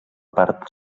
part